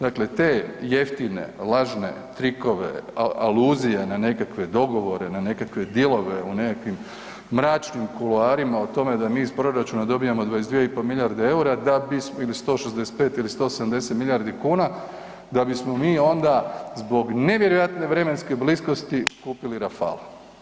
Dakle te jeftine, lažne trikove, aluzije na nekakve dogovore, na nekakve dilove u nekakvim mračnim kuloarima o tome da mi iz proračuna dobijamo 22,5 milijarde eura da bi ili 165 ili 170 milijardi kuna da bismo mi onda zbog nevjerojatne vremenske bliskosti kupili Rafal.